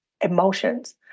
emotions